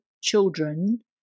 children